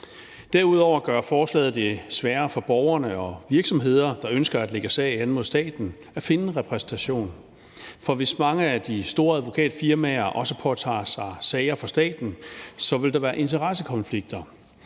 Derudover gør forslaget det sværere for borgere og virksomheder, der ønsker at lægge sag an mod staten, at finde en repræsentation. For hvis mange af de store advokatfirmaer også påtager sig sager for staten, vil der være interessekonflikter.